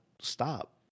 stop